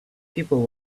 people